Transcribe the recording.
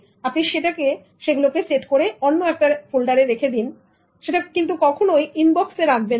আপনি সেট করলে এটা অন্য ফোল্ডারে চলে যাবে কিন্তু কখনই এটা ইনবক্সে রাখবেন না